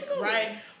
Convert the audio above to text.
right